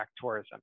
tourism